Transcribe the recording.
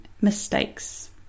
mistakes